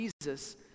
Jesus